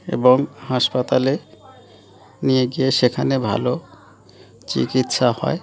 এবং হাসপাতালে নিয়ে গিয়ে সেখানে ভালো চিকিৎসা হয়